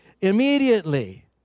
immediately